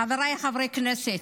חבריי חברי הכנסת,